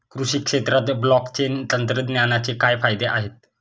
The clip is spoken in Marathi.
कृषी क्षेत्रात ब्लॉकचेन तंत्रज्ञानाचे काय फायदे आहेत?